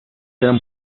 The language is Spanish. eran